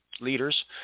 leaders